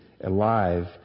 alive